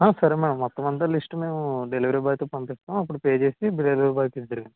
సరే మేడం మొత్తం అంత లిస్ట్ మేము డెలివరీ బాయ్తో పంపిస్తాము అప్పుడు పే చేసి డెలివరీ బాయ్కి ఇద్దురు